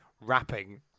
rapping